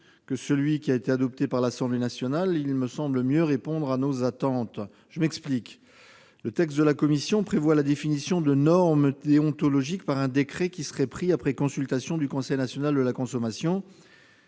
que celui adopté par l'Assemblée nationale. Il paraît donc mieux répondre à vos attentes, ma chère collègue. Je m'explique. Le texte de la commission prévoit la définition de normes déontologiques par un décret qui serait pris après consultation du Conseil national de la consommation.